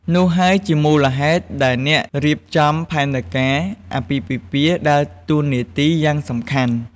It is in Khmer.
នោះហើយជាមូលហេតុដែលអ្នករៀបចំផែនការអាពាហ៍ពិពាហ៍ដើរតួនាទីយ៉ាងសំខាន់។